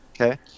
okay